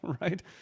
right